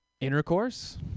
intercourse